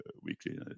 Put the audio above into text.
weekly